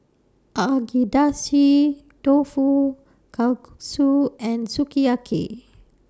Agedashi Dofu Kalguksu and Sukiyaki